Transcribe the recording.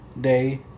Day